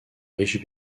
riches